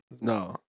No